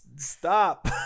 Stop